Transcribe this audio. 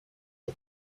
for